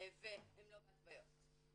והן לא בהתוויות.